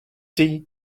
tea